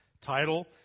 title